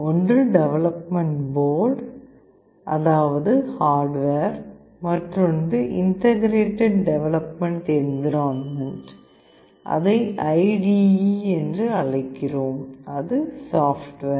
ஒன்று development board அதாவது hardware மற்றொன்று இன்டகிரேடட் டெவலப்மெண்ட் என்விரான்மென்ட் அதை ஐடிஈ என்று அழைக்கிறோம் அது சாப்ட்வேர்